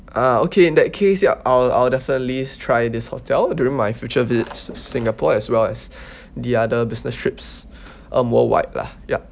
ah okay in that case ya I'll I'll definitely try this hotel during my future visits to singapore as well as the other business trips uh worldwide lah ya